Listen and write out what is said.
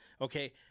okay